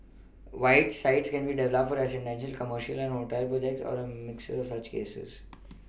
white sites can be developed for residential commercial or hotel projects or a mix of such uses